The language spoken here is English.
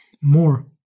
more